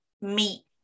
meat